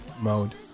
Mode